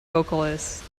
vocalist